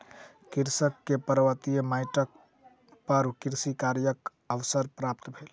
कृषक के पर्वतीय माइट पर कृषि कार्यक अवसर प्राप्त भेल